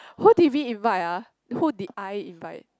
who did we invite ah who did I invite